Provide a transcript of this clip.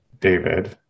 David